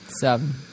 Seven